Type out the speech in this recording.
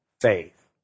faith